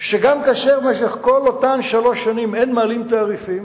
שגם כאשר במשך כל אותן שלוש שנים אין מעלים תעריפים,